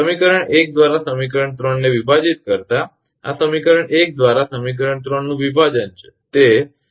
સમીકરણ 1 દ્વારા સમીકરણ 3 ને વિભાજીત કરતા આ સમીકરણ 1 દ્વારા સમીકરણ 3 નું વિભાજન છે